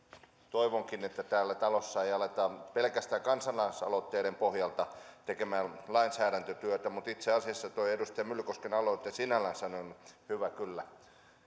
toivonkin että täällä talossa ei aleta pelkästään kansalaisaloitteiden pohjalta tekemään lainsäädäntötyötä mutta itse asiassa tuo edustaja myllykosken aloite sinällänsä on hyvä kyllä